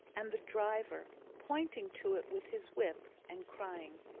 and the driver, pointing to it with his whip and crying,